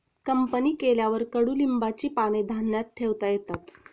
company केल्यावर कडुलिंबाची पाने धान्यात ठेवता येतात